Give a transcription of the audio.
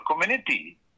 community